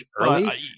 early